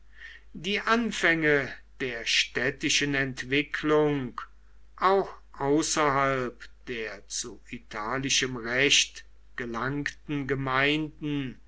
die anfänge der städtischen entwicklung auch außerhalb der zu italischem recht gelangten gemeinden